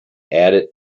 added